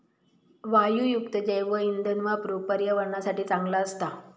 वायूयुक्त जैवइंधन वापरुक पर्यावरणासाठी चांगला असता